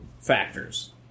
factors